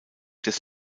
des